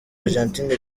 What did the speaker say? argentina